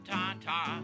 Tata